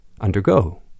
undergo